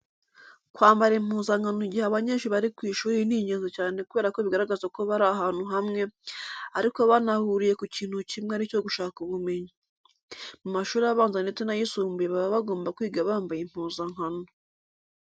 Kwambara impuzankano igihe abanyeshuri bari ku ishuri ni ingenzi cyane kubera ko bigaragaza ko bari ahantu hamwe, ariko banahuriye ku kintu kimwe ari cyo gushaka ubumenyi. Mu mashuri abanza ndetse n'ayisumbuye baba bagomba kwiga bambaye impuzankano.